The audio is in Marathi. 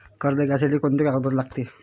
कर्ज घ्यासाठी कोनचे कागदपत्र लागते?